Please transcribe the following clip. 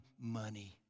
money